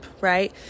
right